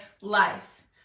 life